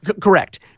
Correct